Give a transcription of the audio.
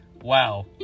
wow